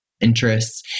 interests